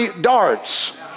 darts